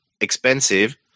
expensive